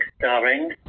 Darling